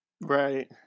right